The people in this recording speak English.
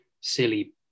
silly